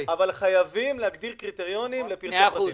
אבל חייבים להגדיר קריטריונים לפרטי פרטים.